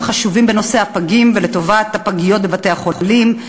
חשובים בנושא הפגים ולטובת הפגיות בבתי-החולים,